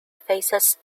faces